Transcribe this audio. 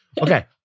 okay